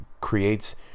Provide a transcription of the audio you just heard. creates